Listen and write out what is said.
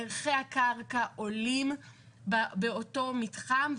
ערכי הקרקע עולים באותו מתחם.